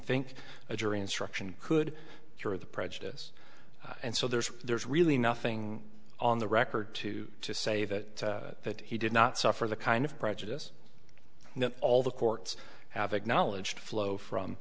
think a jury instruction could cure the prejudice and so there's there's really nothing on the record to say that he did not suffer the kind of prejudice that all the courts have acknowledged flow from